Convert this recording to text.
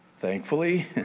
Thankfully